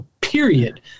period